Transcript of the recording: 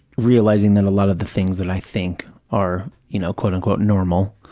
realizing that a lot of the things that i think are, you know, quote, unquote, normal,